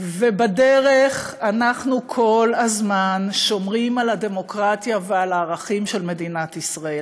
ובדרך אנחנו כל הזמן שומרים על הדמוקרטיה ועל הערכים של מדינת ישראל.